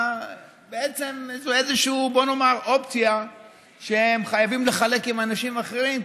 בעצם זו איזושהי אופציה שהם חייבים לחלוק עם אנשים אחרים,